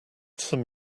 some